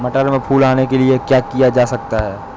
मटर में फूल आने के लिए क्या किया जा सकता है?